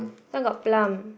this one got plum